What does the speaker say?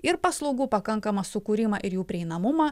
ir paslaugų pakankamą sukūrimą ir jų prieinamumą